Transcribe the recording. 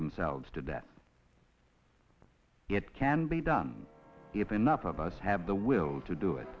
themselves to death it can be done if enough of us have the will to do it